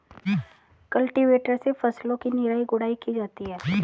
cultivator से फसलों की निराई गुड़ाई की जाती है